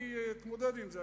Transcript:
אני אתמודד עם זה.